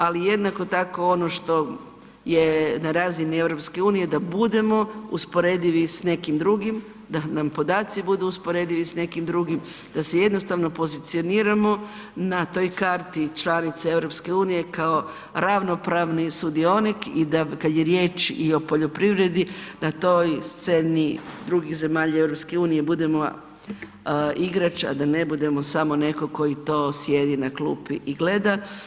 Ali jednako tako ono što je na razini EU da budemo usporedivi s nekim drugim, da nam podaci budu usporedivi s nekim drugim, da se jednostavno pozicioniramo na toj karti, članice EU kao ravnopravni sudionik i da kad je riječ i o poljoprivredi na toj sceni drugih zemalja EU budemo igrač a da ne budemo samo netko tko to sjedi na klupi i gleda.